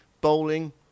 bowling